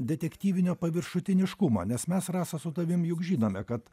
detektyvinio paviršutiniškumo nes mes rasa su tavim juk žinome kad